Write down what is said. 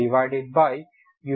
v1 v1